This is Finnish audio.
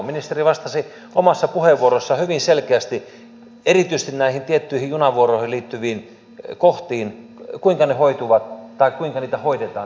ministeri vastasi omassa puheenvuorossaan hyvin selkeästi erityisesti näihin tiettyihin junavuoroihin liittyviin kohtiin kuinka ne hoituvat tai kuinka niitä hoidetaan tässä vaiheessa